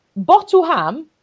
bottleham